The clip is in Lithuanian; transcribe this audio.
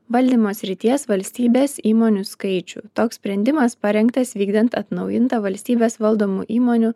valdymo srities valstybės įmonių skaičių toks sprendimas parengtas vykdant atnaujintą valstybės valdomų įmonių